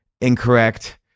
incorrect